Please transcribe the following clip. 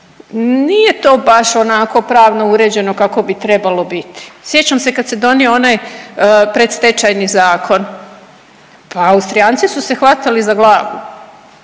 nije to baš onako pravno uređeno kako bi trebalo biti. Sjećam se kad se donio onaj predstečajni zakon, pa Austrijanci su se hvatali za glavu.